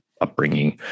upbringing